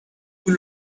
پول